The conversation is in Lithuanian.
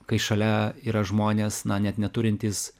kai šalia yra žmonės na net neturintys